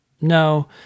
no